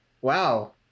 Wow